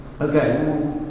Okay